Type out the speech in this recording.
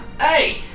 Hey